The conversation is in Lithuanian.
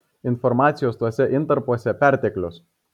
informacijos tuose intarpuose perteklius